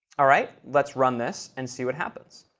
all right let's run this and see what happens.